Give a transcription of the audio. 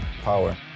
power